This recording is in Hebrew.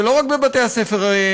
זה לא רק בבתי-הספר התיכוניים.